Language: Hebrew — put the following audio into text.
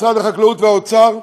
משרד החקלאות והאוצר.